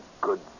good